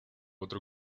otro